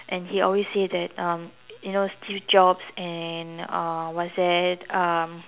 and he always say that um you know Steve Jobs and uh what's that um